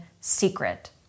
secret